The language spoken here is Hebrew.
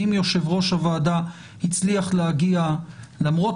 ואם יושב-ראש הוועדה הצליח להגיע למרות